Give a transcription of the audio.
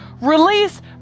release